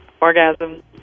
orgasm